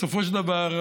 בסופו של דבר,